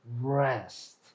rest